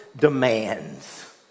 demands